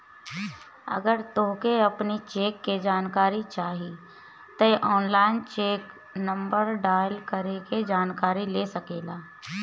अगर तोहके अपनी चेक के जानकारी चाही तअ ऑनलाइन चेक नंबर डाल के जानकरी ले सकेला